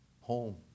home